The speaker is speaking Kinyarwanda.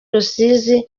rusizi